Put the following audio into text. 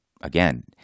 again